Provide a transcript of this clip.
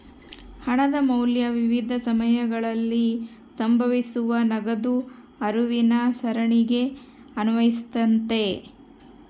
ಹಣದ ಮೌಲ್ಯ ವಿವಿಧ ಸಮಯಗಳಲ್ಲಿ ಸಂಭವಿಸುವ ನಗದು ಹರಿವಿನ ಸರಣಿಗೆ ಅನ್ವಯಿಸ್ತತೆ